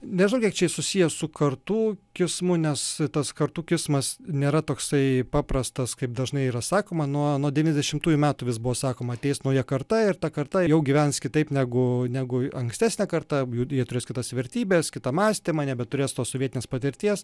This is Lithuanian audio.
nežinau kiek čia jis susijęs su kartų kismu nes tas kartų kismas nėra toksai paprastas kaip dažnai yra sakoma nuo nuo devyniasdešimtųjų metų vis buvo sakoma ateis nauja karta ir ta karta jau gyvens kitaip negu negu ankstesnė karta jie turės kitas vertybes kitą mąstymą nebeturės tos sovietinės patirties